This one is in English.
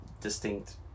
distinct